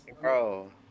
Bro